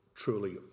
Truly